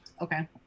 Okay